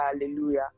hallelujah